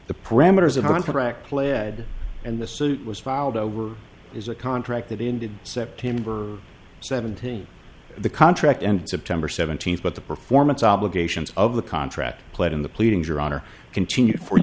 the parameters of the contract pled and the suit was filed over is a contract that ended september seventeenth the contract and september seventeenth but the performance obligations of the contract played in the pleadings your honor continued for